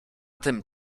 tym